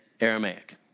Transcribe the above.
Aramaic